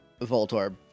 Voltorb